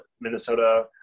Minnesota